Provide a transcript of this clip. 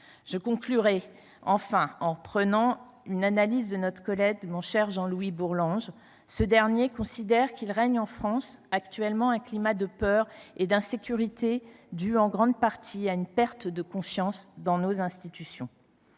Je conclurai en reprenant une analyse de notre collègue député Jean Louis Bourlanges. Ce dernier considère qu’il règne en France un climat de peur et d’insécurité dû en grande partie à une perte de confiance dans nos institutions.